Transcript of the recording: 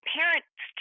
parents